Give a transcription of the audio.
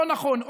לא נכון,